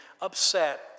upset